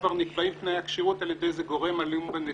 כבר נקבעים תנאי הכשירות על ידי גורם עלום בנציבות.